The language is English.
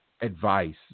advice